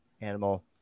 animal